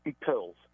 pills